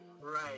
Right